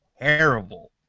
terrible